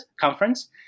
conference